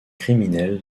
criminelle